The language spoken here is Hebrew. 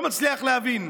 לא מצליח להבין.